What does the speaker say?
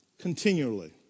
continually